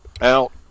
out